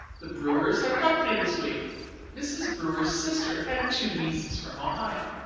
the brewers have company this week mrs. brewer's sister and two nieces from ohio.